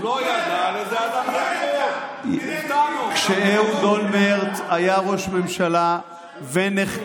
הוא לא ידע --- כשאהוד אולמרט היה ראש ממשלה ונחקר,